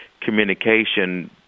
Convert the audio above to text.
communication